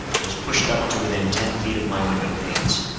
was pushed up to within ten feet of my window panes.